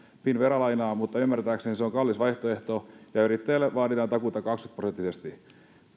finnvera lainaa mutta ymmärtääkseni se on kallis vaihtoehto ja yrittäjälle vaaditaan takuita kaksikymmentä prosenttisesti